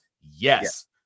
Yes